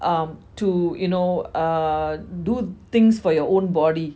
um to you know err do things for your own body